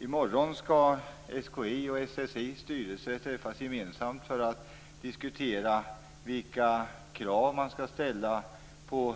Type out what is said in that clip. I morgon skall SKI:s och SSI:s styrelser träffas gemensamt för att diskutera vilka krav man skall ställa på